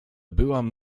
byłam